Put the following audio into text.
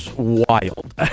Wild